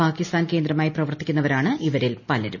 പാകിസ്ഥാൻ കേന്ദ്രമായി പ്രവർത്തിക്കുന്നവരാണ് ഇവരിൽ പലരും